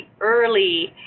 early